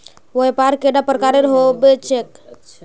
व्यापार कैडा प्रकारेर होबे चेक?